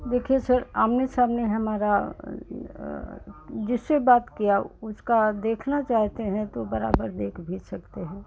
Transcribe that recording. देखिए सर आमने सामने हमारा जिससे बात हुई उसको देखना चाहते हैं तो बराबर देख भी सकते हैं